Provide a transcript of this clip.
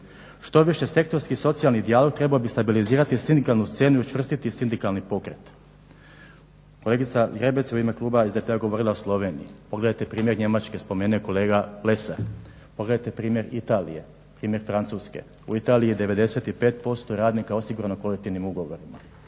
Štoviše sektorski socijalni dijalog trebao bi stabilizirati sindikalnu scenu i učvrstiti sindikalni pokret. Kolegica Zgrebec u ime kluba SDP-a govorila je o Sloveniji. Pogledajte primjer Njemačke, spomenuo je kolega Lesar. Pogledajte primjer Italije, primjer Francuske. U Italiji je 95% radnika osigurano kolektivnim ugovorima.